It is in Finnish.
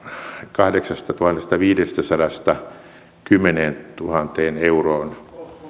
kahdeksastatuhannestaviidestäsadasta kymmeneentuhanteen euroon